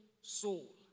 soul